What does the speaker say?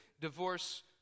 divorce